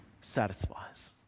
satisfies